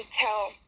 tell